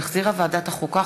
שהחזירה ועדת החוקה,